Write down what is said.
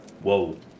Whoa